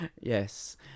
Yes